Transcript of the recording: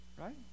Right